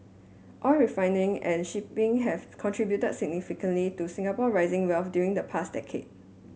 oil refining and shipping have contributed significantly to Singapore rising wealth during the past decade